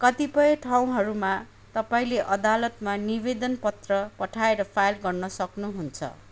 कतिपय ठाउँहरूमा तपाईँँले अदालतमा निवेदन पत्र पठाएर फाइल गर्न सक्नुहुन्छ